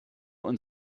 und